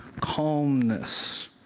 calmness